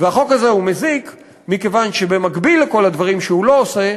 והחוק הזה הוא מזיק מכיוון שבמקביל לכל הדברים שהוא לא עושה,